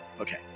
Okay